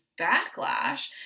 backlash